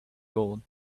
gold